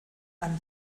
einem